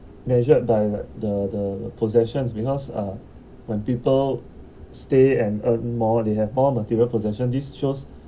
measured by the the possessions because uh when people stay and earn more they have more material possessions this shows